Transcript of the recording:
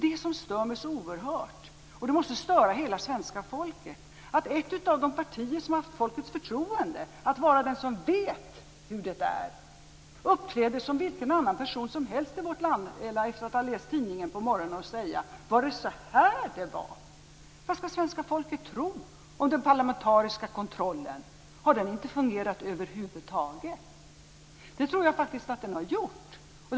Det måste störa hela svenska folket att man från ett av de partier som har haft folkets förtroende - att vara den som vet hur det är - uppträder som vilken annan person som helst i vårt land som efter att ha läst tidningen på morgonen säger: Var det så här det var? Vad skall svenska folket tro om den parlamentariska kontrollen - har den inte fungerat över huvud taget? Det tror jag faktiskt att den har gjort.